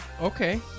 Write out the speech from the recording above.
Okay